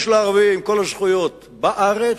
יש לערבים כל הזכויות בארץ,